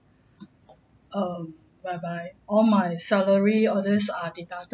err whereby all my salary all this are deducted